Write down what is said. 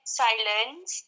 silence